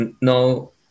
no